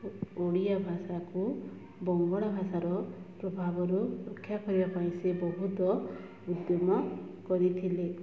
ଓଡ଼ିଆ ଭାଷାକୁ ବଙ୍ଗଳା ଭାଷାର ପ୍ରଭାବରୁ ରକ୍ଷା କରିବା ପାଇଁ ସେ ବହୁତ ଉଦ୍ୟମ କରିଥିଲେ